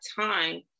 time